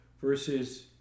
Versus